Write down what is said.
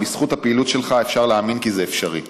אבל בזכות הפעילות שלך אפשר להאמין כי זה אפשרי.